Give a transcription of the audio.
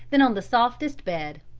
than on the softest bed.